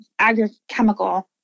agrochemical